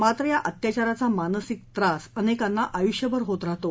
मात्र या अत्याचाराचा मानसिक त्रास अनेकांना आयुष्यभर होत राहतो